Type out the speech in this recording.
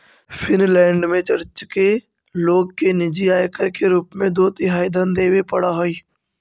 Finland में church के लोग के निजी आयकर के रूप में दो तिहाई धन देवे पड़ऽ हई